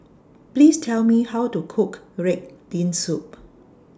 Please Tell Me How to Cook Red Bean Soup